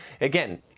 Again